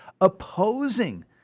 opposing